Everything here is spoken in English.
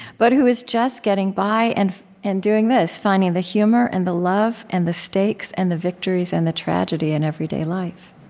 but who is just getting by and and doing this finding the humor and the love and the stakes and the victories and the tragedy in everyday life.